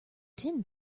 tin